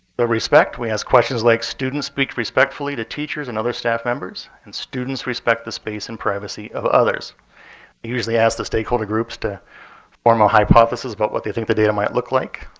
but respect we ask questions like, students speak respectfully to teachers and other staff members, and students respect the space and privacy of others. we usually ask the stakeholder groups to form a hypothesis about what they think the data might look like.